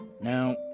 Now